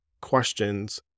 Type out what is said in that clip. questions